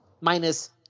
minus